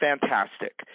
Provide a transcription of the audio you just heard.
Fantastic